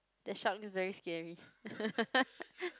the shark look very scary